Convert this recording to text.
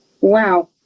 Wow